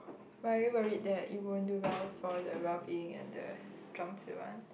but are you worried that you won't do well for the well being and the Zhuan-Zhi one